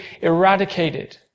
eradicated